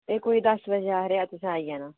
कोई दस बजे सारे तुसे आई जाना